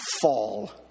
fall